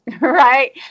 right